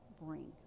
bring